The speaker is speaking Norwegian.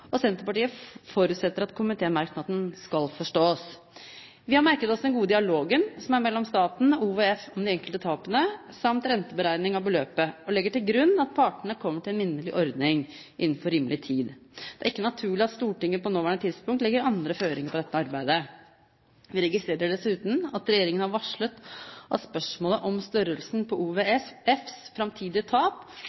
og Senterpartiet, forutsetter at komitémerknaden skal forstås. Vi har merket oss den gode dialogen som er mellom staten og OVF om de enkelte tapene samt renteberegning av beløpet, og legger til grunn at partene kommer til en minnelig ordning innenfor rimelig tid. Det er ikke naturlig at Stortinget på nåværende tidspunkt legger andre føringer på dette arbeidet. Vi registrerer dessuten at regjeringen har varslet at spørsmålet om størrelsen på